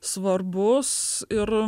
svarbus ir